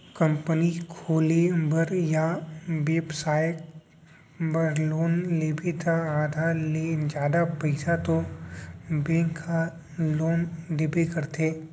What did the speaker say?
company खोले बर या बेपसाय बर लोन लेबे त आधा ले जादा पइसा तो बेंक ह लोन देबे करथे